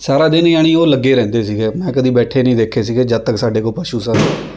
ਸਾਰਾ ਦਿਨ ਯਾਨੀ ਉਹ ਲੱਗੇ ਰਹਿੰਦੇ ਸੀਗੇ ਮੈਂ ਕਦੀ ਬੈਠੇ ਨਹੀਂ ਦੇਖੇ ਸੀਗੇ ਜਦ ਤੱਕ ਸਾਡੇ ਕੋਲ ਪਸ਼ੂ ਸਨ